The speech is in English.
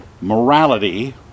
morality